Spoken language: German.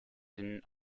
den